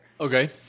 Okay